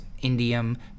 Indium